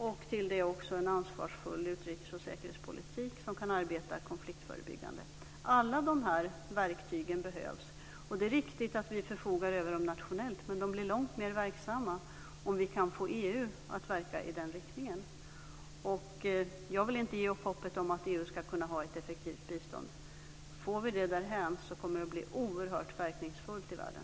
Till detta kommer också en ansvarsfull utrikes och säkerhetspolitik där man kan arbeta konfliktförebyggande. Alla dessa verktyg behövs. Det är riktigt att vi förfogar över dem nationellt, men de blir långt mer verksamma om vi kan få EU att verka i den riktningen. Jag vill inte ge upp hoppet om att EU ska kunna ha ett effektivt bistånd. Får vi det därhän så kommer det att bli oerhört verkningsfullt i världen.